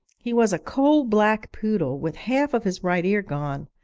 he was a coal-black poodle, with half of his right ear gone,